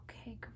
Okay